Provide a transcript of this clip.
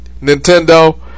Nintendo